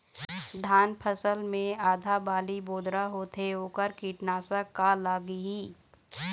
धान फसल मे आधा बाली बोदरा होथे वोकर कीटनाशक का लागिही?